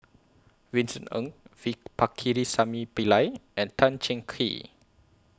Vincent Ng V Pakirisamy Pillai and Tan Cheng Kee